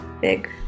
big